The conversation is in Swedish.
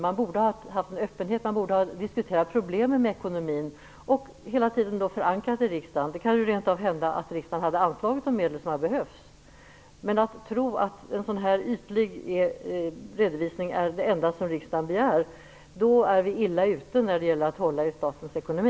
Man borde ha haft en öppenhet, man borde ha diskuterat problemen med ekonomin och hela tiden ha förankrat sina ställningstaganden i riksdagen. Det kan ju rent av hända att riksdagen skulle ha anslagit de medel som hade behövts. Men om man tror att en sådan här ytlig redovisning är det enda som riksdagen begär, då är vi illa ute när det gäller att hålla i statens ekonomi.